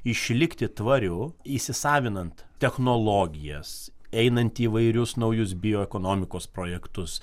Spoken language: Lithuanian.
išlikti tvariu įsisavinant technologijas einant į įvairius naujus bioekonomikos projektus